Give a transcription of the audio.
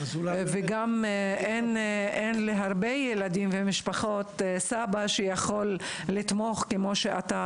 אין להרבה ילדים סבא כמוך שיכול לתמוך כפי שאתה